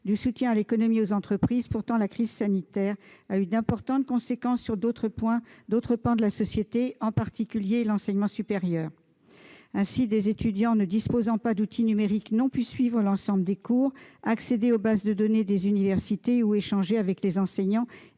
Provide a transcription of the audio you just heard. à soutenir l'économie et les entreprises. Pourtant, la crise sanitaire a eu d'importantes conséquences sur d'autres pans de notre société, à commencer par l'enseignement supérieur. Ainsi, certains étudiants, démunis d'outils numériques, n'ont pu suivre l'ensemble des cours, ni accéder aux bases de données des universités, ni échanger avec les enseignants